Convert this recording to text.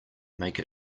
make